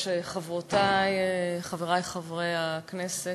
חברותי וחברי חברי הכנסת,